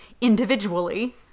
individually